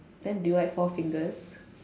then do you like Four Fingers